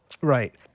Right